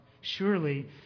Surely